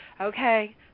okay